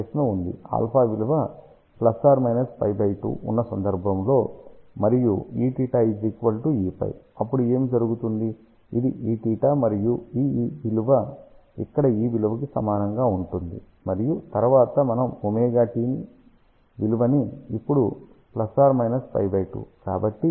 alpha విలువ ± π2 ఉన్న సందర్భంలో మరియు Eθ Eφ అప్పుడు ఏమి జరుగుతుంది ఇది Eθ మరియు ఈ విలువ ఇక్కడ ఈ విలువకి సమానంగా ఉంటుంది మరియు తరువాత మనం ωt ని విలువని ఇప్పుడు ± π 2